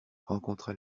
rencontra